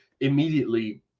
immediately